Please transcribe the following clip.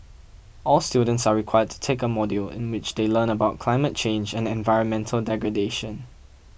all students are required to take a module in which they learn about climate change and environmental degradation